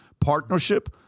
Partnership